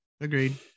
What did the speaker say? agreed